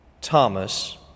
Thomas